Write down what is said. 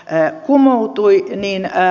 he kumoutui niinä